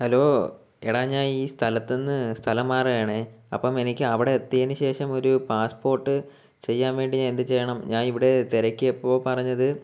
hello എടാ ഞാൻ ഈ സ്ഥലത്തുനിന്ന് സ്ഥലം മാറുകയാണേ അപ്പോള് എനിക്ക് അവിടെ എത്തിയതിനു ശേഷം ഒരു പാസ്പോർട്ട് ചെയ്യാൻ വേണ്ടി ഞാൻ എന്ത് ചെയ്യണം ഞാൻ ഇവിടെ തിരക്കിയപ്പോള് പറഞ്ഞത്